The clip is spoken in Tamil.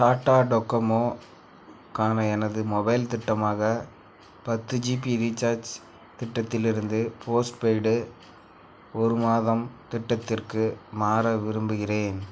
டாடா டொக்கோமோக்கான எனது மொபைல் திட்டமாக பத்து ஜிபி ரீசார்ஜ் திட்டத்திலிருந்து போஸ்ட்பெய்டு ஒரு மாதம் திட்டத்திற்கு மாற விரும்புகிறேன்